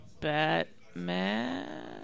Batman